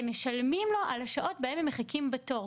הם משלמים לו על השעות ואלה מחכים בתור.